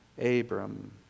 Abram